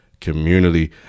community